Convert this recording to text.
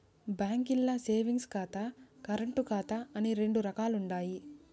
బాంకీల్ల సేవింగ్స్ ఖాతా, కరెంటు ఖాతా అని రెండు రకాలుండాయి